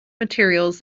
materials